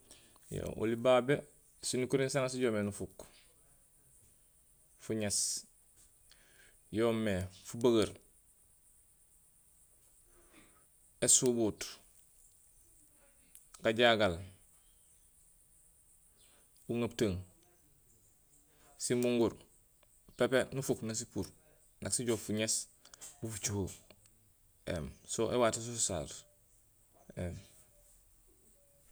Yo oli babé sinukuréén sanja sijoow mé nufuuk fuŋéés yoomé, fubegeer, ésubuut, gajagal, uŋeputung, simonguur pépé nufuuk nak sipuur nak sijoow fuŋéés bu fucoho éém so éwatoso sosasu éém